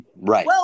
Right